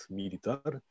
militar